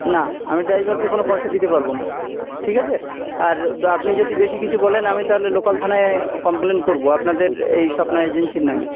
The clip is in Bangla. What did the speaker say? না আমি ড্রাইভারকে কোনো পয়সা দিতে পারব না ঠিক আছে আর আপনি যদি বেশি কিছু বলেন আমি তাহলে লোকাল থানায় কমপ্লেন করব আপনাদের এই স্বপ্না এজেন্সির নামে